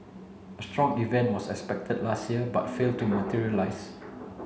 a strong event was expected last year but failed to materialize